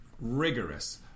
Rigorous